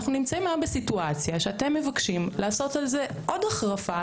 אנחנו נמצאים היום בסיטואציה שאתם מבקשים לעשות על זה עוד החרפה,